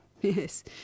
Yes